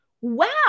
wow